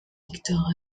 víctor